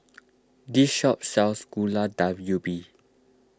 this shop sells Gulai Daun Ubi